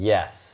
Yes